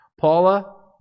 Paula